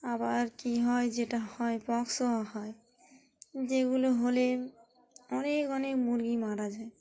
আবার কী হয় যেটা হয় পক্সও হয় যেগুলো হলে অনেক অনেক মুরগি মারা যায়